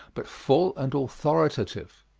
but full and authoritative.